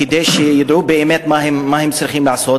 כדי שידעו באמת מה הם צריכים לעשות.